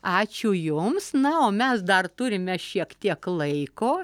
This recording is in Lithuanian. ačiū jums na o mes dar turime šiek tiek laiko